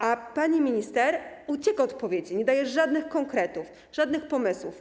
A pani minister ucieka od odpowiedzi, nie daje żadnych konkretów, nie ma żadnych pomysłów.